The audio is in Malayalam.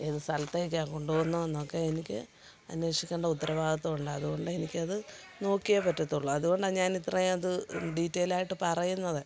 ഏത് സ്ഥലത്തേക്കാണ് കൊണ്ടുപോകുന്നേന്നൊക്കെ എനിക്ക് അന്വേഷിക്കേണ്ട ഉത്തരവാദിത്വം ഉണ്ട് അതുകൊണ്ട് എനിക്കത് നോക്കിയേ പറ്റത്തുള്ളൂ അതുകൊണ്ടാണ് ഞാനിത്രേം അത് ഡീറ്റെയിലയിട്ട് പറയുന്നത്